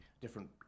different